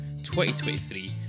2023